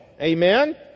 Amen